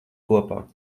kopā